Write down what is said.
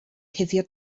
cuddio